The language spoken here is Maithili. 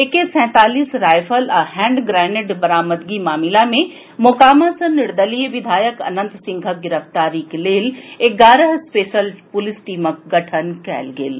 ए के सैंतालीस रायफल आ हैंड ग्रेनेड बरामदगी मामिला मे मोकामा सॅ निर्दलीय विधायक अनंत सिंहक गिरफ्तारीक लेल एगारह स्पेशल पूलिस टीमक गठन कयल गेल अछि